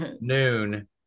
noon